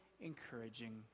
encouraging